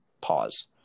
pause